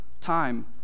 time